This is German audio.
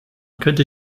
könnte